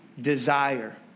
desire